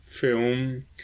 film